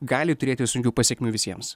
gali turėti sunkių pasekmių visiems